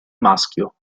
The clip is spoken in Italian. maschio